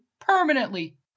Permanently